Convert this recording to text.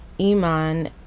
Iman